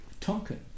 Tonkin